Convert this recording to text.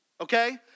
okay